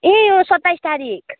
ए यो सत्ताइस तारिख